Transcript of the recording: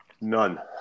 None